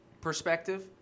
perspective